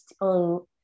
on